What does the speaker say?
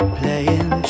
playing